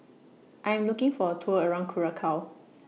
I Am looking For A Tour around Curacao